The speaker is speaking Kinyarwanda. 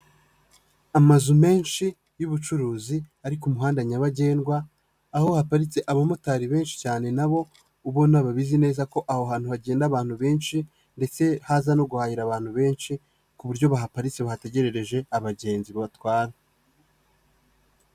Amazu menshi y'ubucuruzi, ari ku muhanda nyabagendwa, aho haparitse abamotari benshi cyane nabo, ubona babizi neza ko aho hantu hagenda abantu benshi ndetse haza no guhahira abantu benshi, kuburyo bahaparitse bategereje abagenzi batwara.